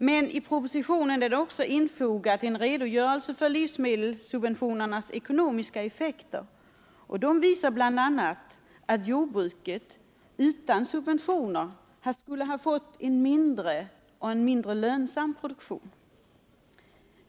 Men i propositionen är också infogat en redogörelse för livsmedelssubventionernas ekonomiska effekter. Den visar bl.a. att jordbruket utan subventioner skulle ha fått en mindre och en mindre lönsam produktion.